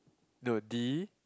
no D